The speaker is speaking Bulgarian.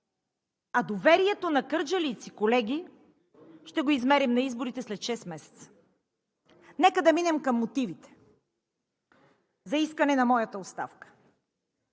А доверието на кърджалийци, колеги, ще го измерим на изборите след шест месеца. Нека да минем към мотивите за искане на моята оставка.